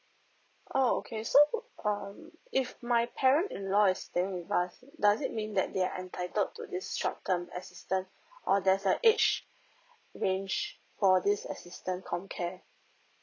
oh okay so um if my parent in law is staying with us does it mean that they are entitled to this short term assistant or there's a age range for this assistant comcare